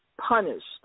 punished